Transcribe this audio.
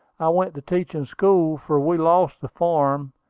i went to teaching school, for we lost the farm,